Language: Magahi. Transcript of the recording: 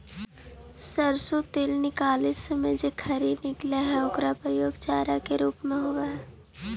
सरसो तेल निकालित समय जे खरी निकलऽ हइ ओकर प्रयोग चारा के रूप में होवऽ हइ